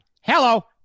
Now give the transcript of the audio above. hello